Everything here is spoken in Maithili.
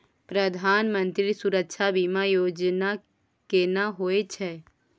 प्रधानमंत्री सुरक्षा बीमा योजना केना होय छै?